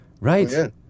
right